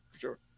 Sure